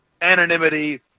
anonymity